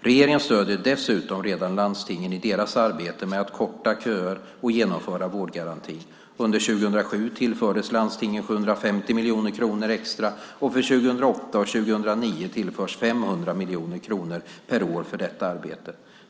Regeringen stöder dessutom redan landstingen i deras arbete med att korta köer och genomföra vårdgarantin. Under 2007 tillfördes landstingen 750 miljoner kronor extra och för 2008 och 2009 tillförs 500 miljoner kronor per år för detta arbete.